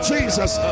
Jesus